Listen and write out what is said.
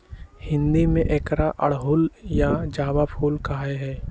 हिंदी में एकरा अड़हुल या जावा फुल कहा ही